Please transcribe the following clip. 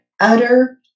utter